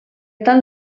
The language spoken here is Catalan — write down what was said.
tal